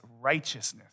Righteousness